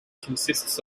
consists